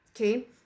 Okay